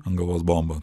ant galvos bombą